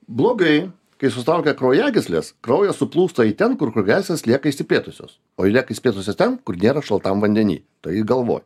blogai kai susitraukia kraujagyslės kraujas suplūsta į ten kur kraujagyslės lieka išsiplėtusios o jie lieka išsiplėtusios ten kur nėra šaltam vandeny tai galvoj